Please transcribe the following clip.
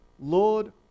Lord